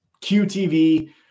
qtv